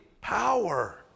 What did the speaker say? power